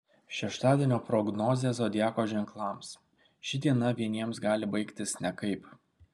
šeštadienio prognozė zodiako ženklams ši diena vieniems gali baigtis nekaip